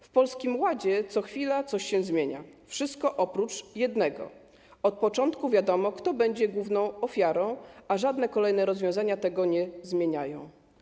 W Polskim Ładzie co chwila coś się zmienia, wszystko oprócz jednego - od początku wiadomo, kto będzie główną ofiarą, a żadne kolejne rozwiązania tego nie zmieniają.